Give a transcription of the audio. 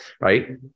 right